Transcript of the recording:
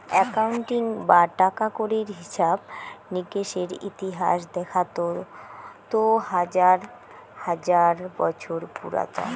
accounting বা টাকা কড়ির হিছাব নিকেসের ইতিহাস দেখাত তো হাজার হাজার বছর পুরাতন